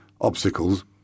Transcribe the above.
obstacles